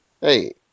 Hey